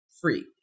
free